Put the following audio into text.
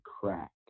crack